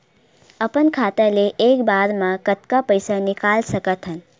अपन खाता ले एक बार मा कतका पईसा निकाल सकत हन?